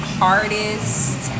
hardest